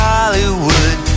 Hollywood